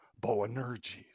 Boanerges